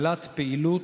הפלילית